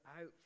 out